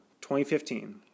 2015